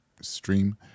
stream